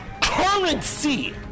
currency